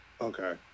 Okay